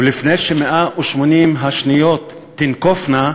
ולפני ש-180 השניות תנקופנה,